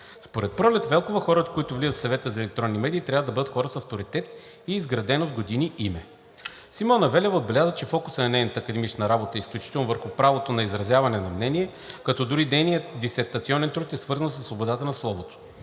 Според Пролет Велкова хората, които влизат в Съвета за електронни медии, трябва да бъдат хора с авторитет и изградено с годините име. Симона Велева отбеляза, че фокусът на нейната академична работа е изключително върху правото на изразяване на мнение, като дори нейният дисертационен труд е свързан със свободата на словото.